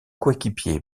coéquipier